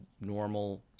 normal